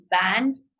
banned